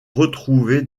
retrouvée